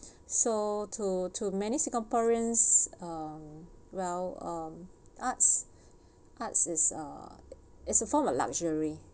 so to to many singaporeans um well um arts arts is uh is a form a luxury